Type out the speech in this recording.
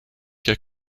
cas